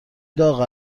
داغ